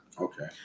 Okay